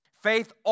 Faith